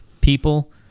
people